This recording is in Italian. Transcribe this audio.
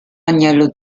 agnello